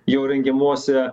jo rengiamuose